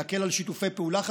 להקל על שיתופי פעולה חדשים,